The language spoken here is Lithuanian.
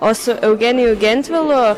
o su eugeniju gentvilu